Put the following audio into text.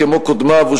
כמו קודמיו,